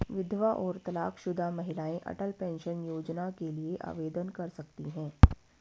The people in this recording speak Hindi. विधवा और तलाकशुदा महिलाएं अटल पेंशन योजना के लिए आवेदन कर सकती हैं